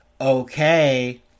Okay